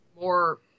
more